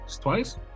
twice